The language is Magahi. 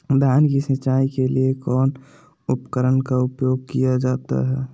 धान की सिंचाई के लिए कौन उपकरण का उपयोग किया जाता है?